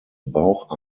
bauch